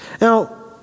Now